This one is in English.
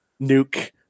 nuke